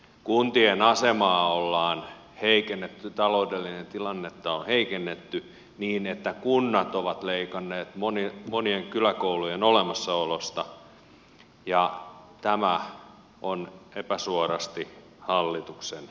kuntien asemaa ollaan heikennetty taloudellista tilannetta ollaan heikennetty niin että kunnat ovat leikanneet monien kyläkoulujen olemassaolosta ja tämä on epäsuorasti hallituksen syytä